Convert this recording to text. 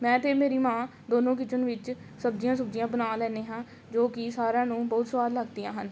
ਮੈਂ ਅਤੇ ਮੇਰੀ ਮਾਂ ਦੋਨੋਂ ਕਿਚਨ ਵਿੱਚ ਸਬਜ਼ੀਆਂ ਸੁਬਜ਼ੀਆ ਬਣਾ ਲੈਂਦੇ ਹਾਂ ਜੋ ਕਿ ਸਾਰਿਆਂ ਨੂੰ ਬਹੁਤ ਸਵਾਦ ਲੱਗਦੀਆਂ ਹਨ